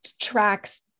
tracks